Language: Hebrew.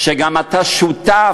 שגם אתה שותף,